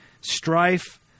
strife